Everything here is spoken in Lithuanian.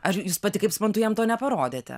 ar jūs pati kaip suprantu jam to neparodėte